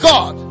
God